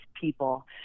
people